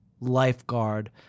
lifeguard